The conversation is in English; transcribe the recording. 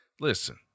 listen